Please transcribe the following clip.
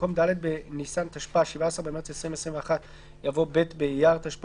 במקום "ד' בניסן התשפ"א (17 במרס 2021)" יבוא "ב' באייר התשפ"א